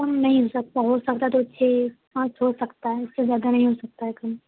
کم نہیں ہو سکتا ہو سکتا تو چھ پانچ ہو سکتا ہے اس سے زیادہ نہیں ہو سکتا ہے کم